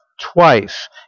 twice